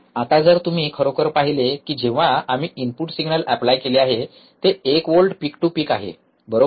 आता जर तुम्ही खरोखर पाहिले की जेव्हा आम्ही इनपुट सिग्नल एप्लाय केले आहे ते एक व्होल्ट पिक टू पिक आहे बरोबर